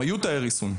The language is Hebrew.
הם היו תאי ריסון,